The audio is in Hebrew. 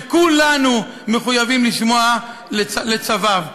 שכולנו מחויבים לשמוע לצוויו,